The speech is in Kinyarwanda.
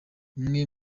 umwe